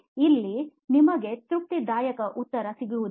ಇಲ್ಲಿ ನಿಮಗೆ ತೃಪ್ತಿದಾಯಕ ಉತ್ತರ ಸಿಗುವುದಿಲ್ಲ